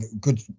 good